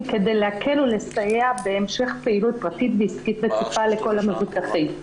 כדי להקל ולסייע בהמשך פעילות פרטית ועסקית רצופה לכל המבוטחים.